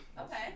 Okay